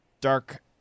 dark